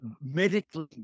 medically